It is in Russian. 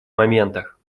моментах